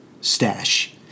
stash